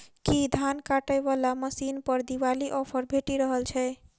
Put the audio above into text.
की धान काटय वला मशीन पर दिवाली ऑफर भेटि रहल छै?